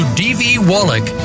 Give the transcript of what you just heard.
dvwallach